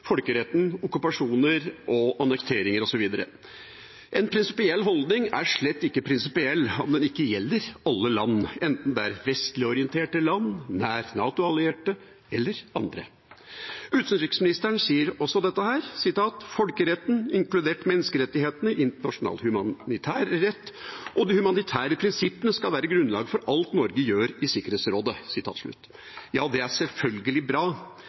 folkeretten, okkupasjoner, annekteringer osv. En prinsipiell holdning er slett ikke prinsipiell om den ikke gjelder alle land, enten det er vestlig-orienterte land, nære NATO-allierte eller andre. Utenriksministeren sier også dette: «Folkeretten, inkludert menneskerettighetene, internasjonal humanitærrett og de humanitære prinsippene skal være grunnlaget for alt Norge gjør i Sikkerhetsrådet.» Ja, det er selvfølgelig bra,